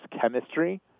chemistry